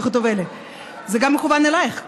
זה מכוון גם אלייך,